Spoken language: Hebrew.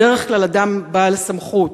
בדרך כלל אדם בעל סמכות.